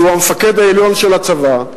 שהוא המפקד העליון של הצבא,